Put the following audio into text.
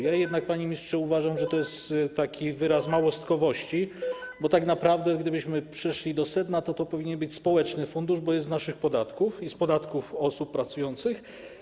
Ja jednak, panie ministrze, uważam, że to jest taki wyraz małostkowości, bo tak naprawdę, gdybyśmy przeszli do sedna, to to powinien być społeczny fundusz, bo jest z naszych podatków i z podatków osób pracujących.